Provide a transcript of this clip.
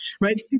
right